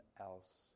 else